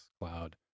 cloud